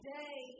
day